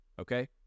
okay